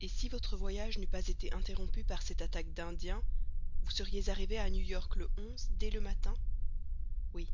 et si votre voyage n'eût pas été interrompu par cette attaque d'indiens vous seriez arrivé à new york le dès le matin oui